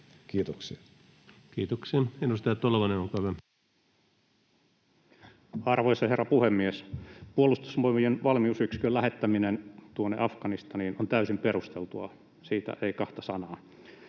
Kabulin lentokentän alueelle Time: 13:23 Content: Arvoisa herra puhemies! Puolustusvoimien valmiusyksikön lähettäminen Afganistaniin on täysin perusteltua, siitä ei kahta sanaa.